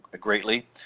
greatly